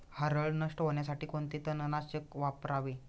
हरळ नष्ट होण्यासाठी कोणते तणनाशक वापरावे?